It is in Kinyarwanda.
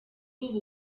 ubu